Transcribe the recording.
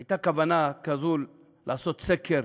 הייתה כוונה כזו לעשות סקר,